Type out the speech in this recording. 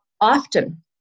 often